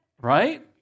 Right